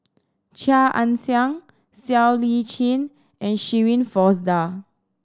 Chia Ann Siang Siow Lee Chin and Shirin Fozdar